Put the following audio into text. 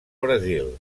brasil